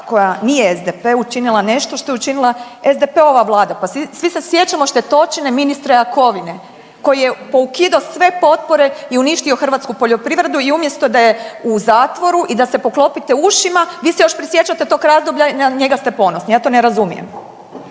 koja nije SDP-u učinila nešto što je učinila SDP-ova vlada. Pa svi se sjećamo štetočine ministra Jakovine koji je poukidao sve potpore i uništio hrvatsku poljoprivredu i umjesto da je u zatvoru i da se poklopite ušima vi se još prisjećate tog razdoblja i na njega ste ponosni, ja to ne razumijem.